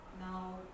now